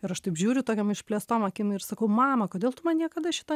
ir aš taip žiūriu tokiom išplėstom akim ir sakau mama kodėl tu man niekada šito